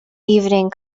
evening